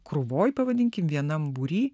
krūvoj pavadinkim vienam būry